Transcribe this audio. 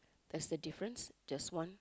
there's a difference just one